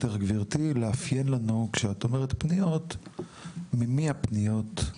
גברתי לאפיין לנו כשאת אומרת פניות ממי הפניות,